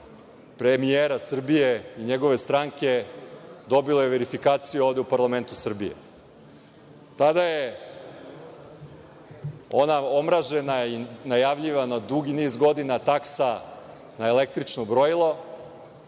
premijera Srbije i njegove stranke dobilo je verifikaciju ovde u parlamentu Srbije. Tada je ona omražena i najavljivana dugi niz godina taksa na električno brojilo,